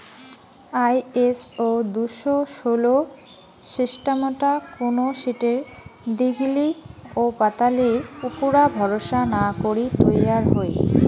ISO দুশো ষোল সিস্টামটা কুনো শীটের দীঘলি ওপাতালির উপুরা ভরসা না করি তৈয়ার হই